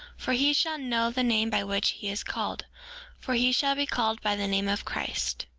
for he shall know the name by which he is called for he shall be called by the name of christ.